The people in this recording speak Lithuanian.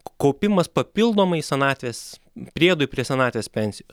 kaupimas papildomai senatvės priedui prie senatvės pensijos